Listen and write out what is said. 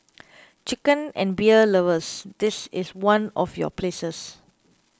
chicken and beer lovers this is one of your places